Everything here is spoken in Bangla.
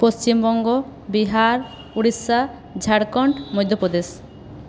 পশ্চিমবঙ্গ বিহার উড়িষ্যা ঝাড়খন্ড মধ্যপ্রদেশ